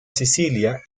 sicilia